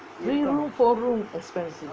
three room four room expensive